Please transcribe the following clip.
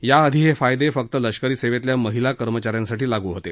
याआधी हे फायदे फक्त लष्करी सेवेतल्या महिला कर्मचा यांसाठी लागू होते